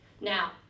Now